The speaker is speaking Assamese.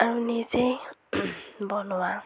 আৰু নিজেই বনোৱা